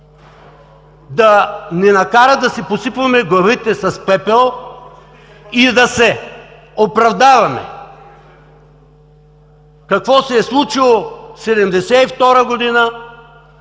да ни накарат да си посипваме главите с пепел и да се оправдаваме какво се е случило 1972 г.,